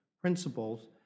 principles